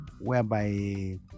whereby